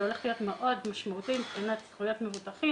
זה הולך להיות מאוד משמעותי מבחינת יכולת